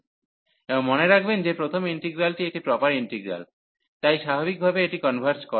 এবং মনে রাখবেন যে প্রথম ইন্টিগ্রালটি একটি প্রপার ইন্টিগ্রাল তাই স্বাভাবিকভাবে এটি কনভার্জ করে